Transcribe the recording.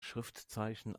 schriftzeichen